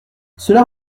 cela